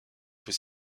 peut